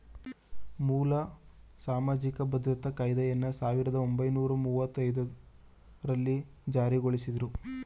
ಮೂಲ ಸಾಮಾಜಿಕ ಭದ್ರತಾ ಕಾಯ್ದೆಯನ್ನ ಸಾವಿರದ ಒಂಬೈನೂರ ಮುವ್ವತ್ತಐದು ರಲ್ಲಿ ಜಾರಿಗೊಳಿಸಿದ್ರು